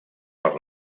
per